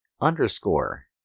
underscore